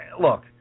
look